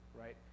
right